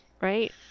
Right